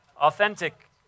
Authentic